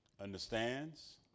understands